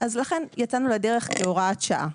לכן יצאנו לדרך כהוראת שעה.